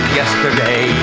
yesterday